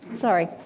sorry.